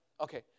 Okay